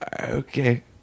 okay